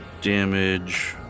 Damage